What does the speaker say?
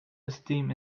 esteem